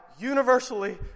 universally